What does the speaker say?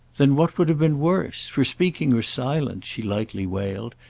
then what would have been worse? for speaking or silent, she lightly wailed,